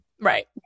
right